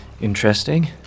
interesting